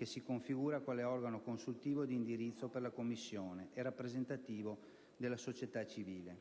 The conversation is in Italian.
che si configura quale organo consultivo e di indirizzo per la Commissione e rappresentativo della società civile.